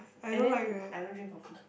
and then I don't drink coffee